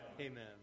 Amen